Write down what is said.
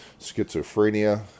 schizophrenia